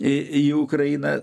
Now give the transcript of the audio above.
į į ukrainą